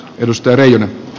edustajia